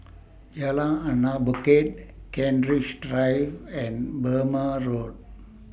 Jalan Anak Bukit Kent Ridge Drive and Burmah Road